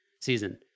season